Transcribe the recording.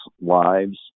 lives